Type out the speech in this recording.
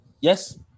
Yes